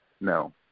No